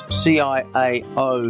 ciao